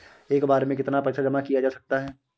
एक बार में कितना पैसा जमा किया जा सकता है?